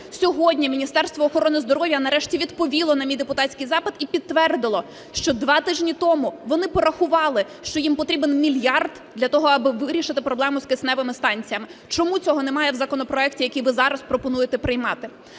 Сьогодні Міністерство охорони здоров'я нарешті відповіло на мій депутатський запит і підтвердило, що два тижні тому вони порахували, що їм потрібен мільярд для того, аби вирішити проблему з кисневими станціями. Чому цього немає в законопроекті, який ви зараз пропонуєте приймати?